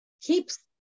keeps